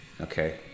okay